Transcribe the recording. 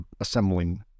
assembling